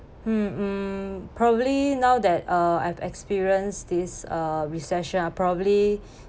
mmhmm probably now that uh I've experienced this uh recession uh probably